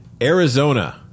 Arizona